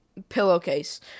pillowcase